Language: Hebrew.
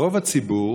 רוב הציבור